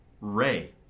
Ray